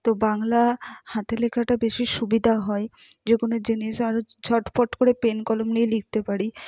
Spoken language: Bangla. তো বাংলা হাতের লেখাটা বেশি সুবিধা হয় যে কোনো জিনিস আরও ঝটপট করে পেন কলম নিয়ে লিখতে পারি